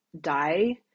die